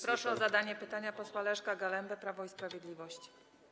Proszę o zadanie pytania posła Leszka Galembę, Prawo i Sprawiedliwość.